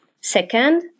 Second